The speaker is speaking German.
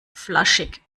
flaschig